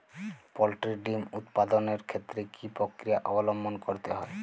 Poultry ডিম উৎপাদনের ক্ষেত্রে কি পক্রিয়া অবলম্বন করতে হয়?